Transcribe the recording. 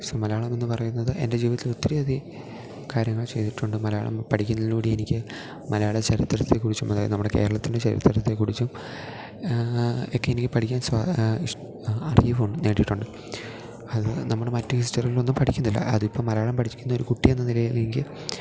so Malayalam എന്ന് പറയുന്നത് എൻ്റെ ജീവിതത്തിൽ ഒത്തിരിയധികം കാര്യങ്ങൾ ചെയ്തിട്ടുണ്ട് മലയാളം പഠിക്കുന്നതിലൂടെ എനിക്ക് മലയാള ചരിത്രത്തെക്കുറിച്ചും അതായത് നമ്മുടെ കേരളത്തിൻ്റെ ചരിത്രത്തേക്കുറിച്ചും ഒക്കെ എനിക്ക് പഠിക്കാൻ അറിവ് നേടിയിട്ടുണ്ട് അത് നമ്മുടെ മറ്റ് ഹിസ്റ്ററികൾളൊന്നും പഠിക്കുന്നില്ല അതിപ്പം മലയാളം പഠിക്കുന്ന ഒരു കുട്ടിയെന്ന നിലയിലെനിക്ക്